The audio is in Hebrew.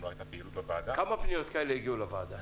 כמה פניות כאלה הגיעו לוועדה?